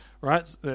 right